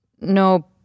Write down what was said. no